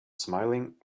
smiling